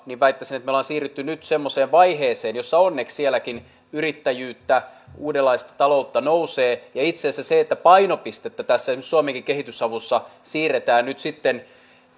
niin väittäisin että me olemme siirtyneet nyt semmoiseen vaiheeseen jossa onneksi sielläkin yrittäjyyttä uudenlaista taloutta nousee itse asiassa väittäisin että se että painopistettä esimerkiksi suomenkin kehitysavussa siirretään nyt